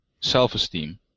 self-esteem